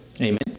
amen